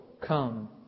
come